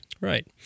Right